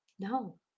No